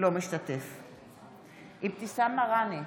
אינו משתתף בהצבעה אבתיסאם מראענה,